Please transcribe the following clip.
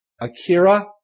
Akira